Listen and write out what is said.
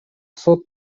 сот